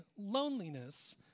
loneliness